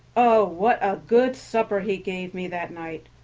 oh, what a good supper he gave me that night,